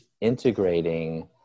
integrating